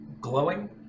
Glowing